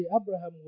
Abraham